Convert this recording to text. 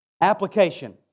Application